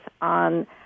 on